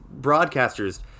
broadcasters